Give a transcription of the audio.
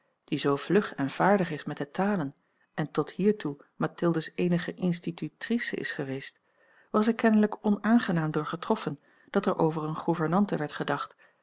die zoo vlug en vaardig is met de talen en tot hiertoe mathilde's eenige institutrice is geweest was er kennelijk onaangenaam door getroffen dat er over eene gouvernante werd gedacht